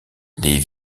les